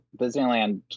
Disneyland